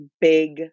big